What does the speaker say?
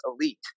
elite